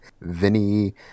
Vinny